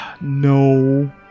No